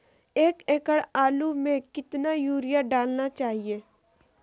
एक एकड़ आलु में कितना युरिया डालना चाहिए?